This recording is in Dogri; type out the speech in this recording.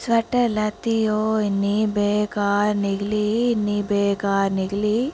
स्वैटर लैत्ती ओह् इन्नी बेकार निकली इन्नी बेकार निकली